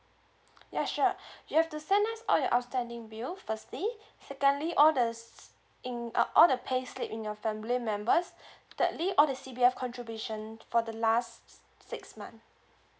ya sure you have to standardize all your outstanding bill firstly secondly all the in uh all the pay slip in your family members thirdly all the C_P_F contribution for the last six month